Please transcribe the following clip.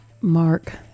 Mark